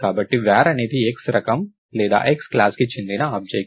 కాబట్టి var అనేది X రకం లేదా X క్లాస్ కి చెందిన ఆబ్జెక్ట్